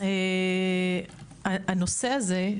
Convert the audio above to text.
הנושא הזה,